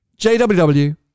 JWW